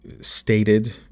stated